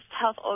health